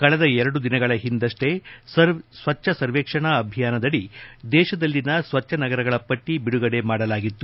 ಕಳೆದ ಎರಡು ದಿನಗಳ ಹಿಂದಷ್ಟೇ ಸ್ವಚ್ದ ಸರ್ವೇಕ್ಷಣಾ ಅಭಿಯಾನದಡಿ ದೇಶದಲ್ಲಿನ ಸ್ವಚ್ಚ ನಗರಗಳ ಪಟ್ಟಿ ಬಿಡುಗಡೆ ಮಾಡಿಲಾಗಿತ್ತು